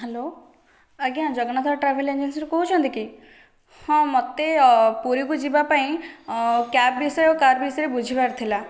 hello ଆଜ୍ଞା Jagannath travel ଏଜେନ୍ସିରୁ କହୁଛନ୍ତି କି ହଁ ମୋତେ ପୁରୀକୁ ଯିବାପାଇଁ କ୍ୟାବ୍ ବିଷୟ କାର୍ ବିଷୟରେ ବୁଝିବାର ଥିଲା